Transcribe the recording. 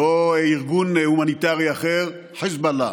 לא ארגון הומניטרי אחר, חיזבאללה.